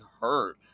hurt